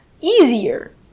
easier